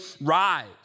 rise